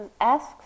asks